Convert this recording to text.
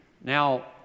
Now